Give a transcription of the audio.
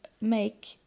make